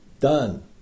Done